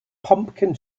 pumpkin